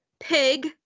pig